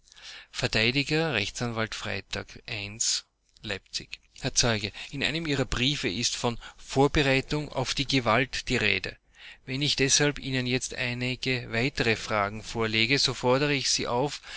verteidiger rechtsanwalt freytag i leipzig herr zeuge in einem ihrer briefe ist von vorbereitung auf die gewalt die rede wenn ich deshalb ihnen jetzt einige weitere fragen vorlege so fordere ich sie auf